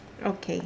okay